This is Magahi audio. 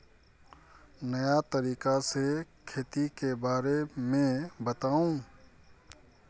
नया तरीका से खेती के बारे में बताऊं?